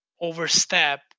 overstep